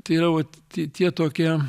tai yra uot tie tokie